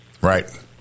right